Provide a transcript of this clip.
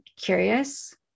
curious